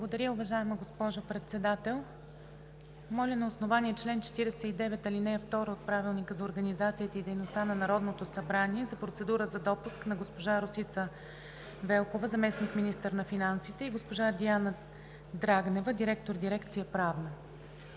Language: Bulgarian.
Благодаря, уважаема госпожо Председател. Моля, на основание чл. 49, ал. 2 от Правилника за организацията и дейността на Народното събрание, за процедура за допуск на госпожа Росица Велкова – заместник-министър на финансите, и госпожа Диана Драгнева – директор на Дирекция „Правна“.